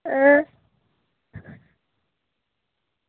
अं